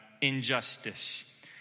injustice